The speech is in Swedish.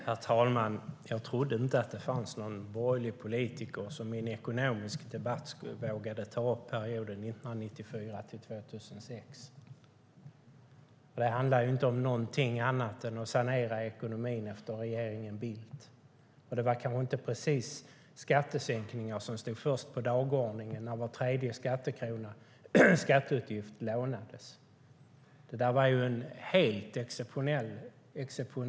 Herr talman! Jag trodde inte att det fanns någon borgerlig politiker som i en ekonomisk debatt vågade ta upp perioden 1994-2006. Det handlade inte om något annat än att sanera ekonomin efter regeringen Bildt. Det var inte precis skattesänkningar som stod först på dagordningen när var tredje skattekrona lånades. Det var en helt exceptionell tid.